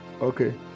Okay